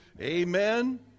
Amen